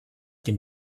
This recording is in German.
den